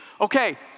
Okay